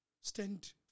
stand